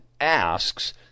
asks